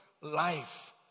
life